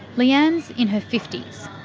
leanne's in her fifty s,